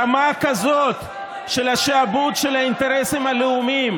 רמה כזאת של שעבוד של האינטרסים הלאומיים